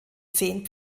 zehn